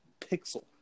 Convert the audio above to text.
pixel